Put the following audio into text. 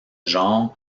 genre